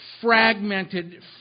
fragmented